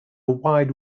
wide